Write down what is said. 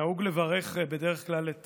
נהוג לברך בדרך כלל את